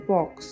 Box